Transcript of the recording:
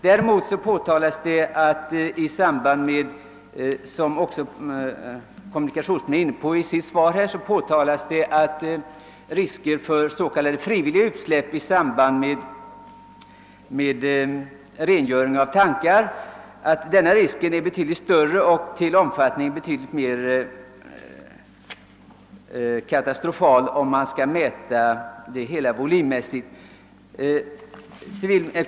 Däremot påpekades — vilket kommunikationsministern också tagit upp i sitt svar — att s.k. frivilliga utsläpp i samband med rengöring av tankar är volymmässigt betydligt större och mer katastrofala.